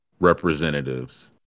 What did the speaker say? Representatives